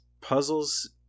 puzzles